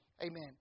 Amen